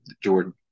Jordan